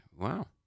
Wow